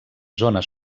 zones